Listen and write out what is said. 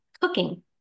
cooking